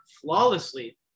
flawlessly